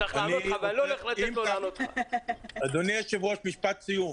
משפט סיום: